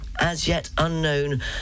as-yet-unknown